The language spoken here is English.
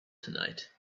tonight